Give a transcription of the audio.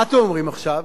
מה אתם אומרים עכשיו?